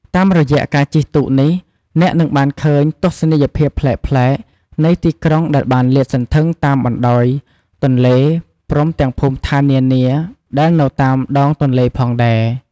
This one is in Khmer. តាមរយៈការជិះទូកនេះ អ្នកនឹងបានឃើញទស្សនីយភាពប្លែកៗនៃទីក្រុងដែលលាតសន្ធឹងតាមបណ្ដោយទន្លេ ព្រមទាំងភូមិឋាននានាដែលនៅតាមដងទន្លេផងដែរ។